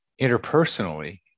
interpersonally